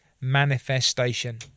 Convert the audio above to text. manifestation